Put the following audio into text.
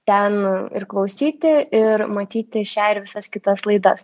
ten ir klausyti ir matyti šią ir visas kitas laidas